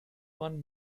one